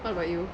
what about you